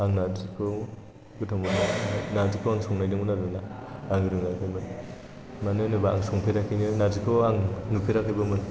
आं नारजिखौ गोथाव बानायो नारजिखौ आं संना नायदोंमोन आरोना आं रोङाखैमोन मानो होनोबा आं संफेराखैमोन नारजिखौ आं नुफेराखैबोमोन